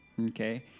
Okay